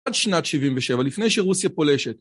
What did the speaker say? עד שנת 77', לפני שרוסיה פולשת.